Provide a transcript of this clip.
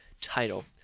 title